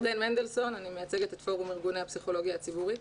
אני מייצגת את פורום ארגוני הפסיכולוגיה הציבורית.